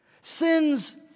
Sins